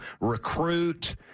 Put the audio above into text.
recruit